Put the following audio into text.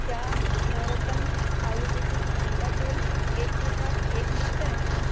کیا نورتن آیورویدک ٹھنڈا تیل ایک کے ساتھ ایک مفت ہے